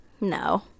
No